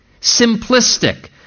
simplistic